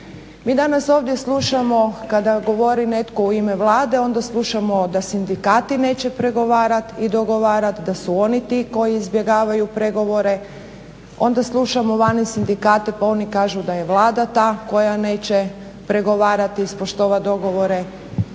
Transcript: Mi danas ovdje slušamo, kada govori netko u ime Vlade, onda slušamo da sindikati neće pregovarati i dogovarati, da su oni ti koji izbjegavaju pregovore, onda slušamo vani sindikate pa oni kažu da je Vlada ta koja neće pregovarati, ispoštovati dogovore